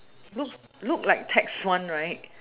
look look like tax one right